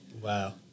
Wow